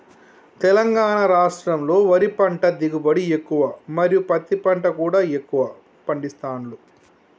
తెలంగాణ రాష్టంలో వరి పంట దిగుబడి ఎక్కువ మరియు పత్తి పంట కూడా ఎక్కువ పండిస్తాండ్లు